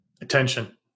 Attention